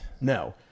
No